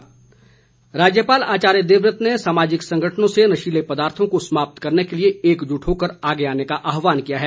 राज्यपाल राज्यपाल आचार्य देवव्रत ने सामाजिक संगठनों से नशीले पदार्थो को समाप्त करने के लिए एकजुट होकर आगे आने का आहवान किया है